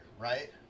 right